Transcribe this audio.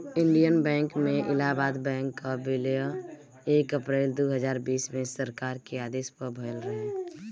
Indian bank में Allahabad bank कअ विलय एक अप्रैल दू हजार बीस में सरकार के आदेश पअ भयल रहे